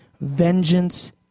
vengeance